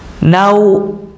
now